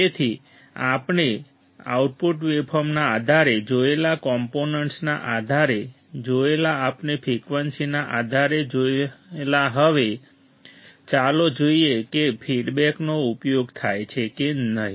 તેથી આપણે આઉટપુટ વેવફોર્મના આધારે જોયેલા કોમ્પોનેન્ટના આધારે જોયેલા આપણે ફ્રિકવન્સીના આધારે જોયેલા હવે ચાલો જોઈએ કે ફીડબેકનો ઉપયોગ થાય છે કે નહીં